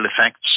effects